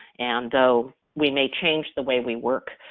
and though we may change the way we work,